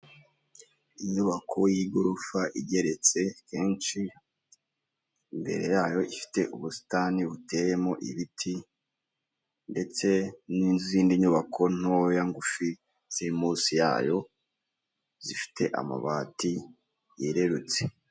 Inyubako y'igorofa igeretse kenshi, imbere yayo ifite ubusitani buteyemo ibiti ndetse n'izindi nyubako ntoya ngufi ziri munsi yayo, zifite amabati yererutse.